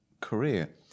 career